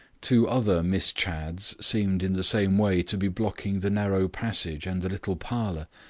two other miss chadds seemed in the same way to be blocking the narrow passage and the little parlour.